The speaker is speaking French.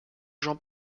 jean